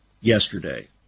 yesterday